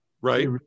right